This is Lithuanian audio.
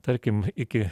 tarkim iki